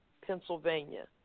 Pennsylvania